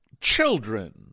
children